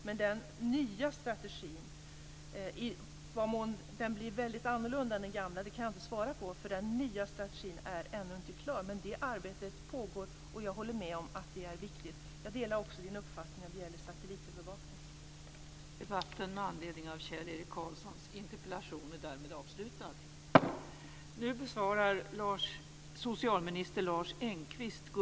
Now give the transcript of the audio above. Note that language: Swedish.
Men den nya strategin - i vad mån den blir väldigt annorlunda den gamla kan jag inte svara på - är inte klar, utan arbetet pågår. Jag håller med om att det är viktigt. Jag delar också Kjell-Erik Karlssons uppfattning om satellitövervakning.